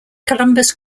columbus